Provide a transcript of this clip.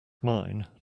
mine